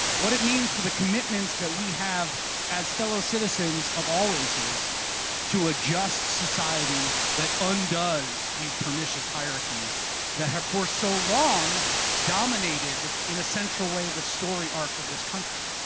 what it means for the commitments that we have as fellow citizens of all races to adjust society that undoes these pernicious hierarchies that have for so long dominated in a central way, the story arch of this country.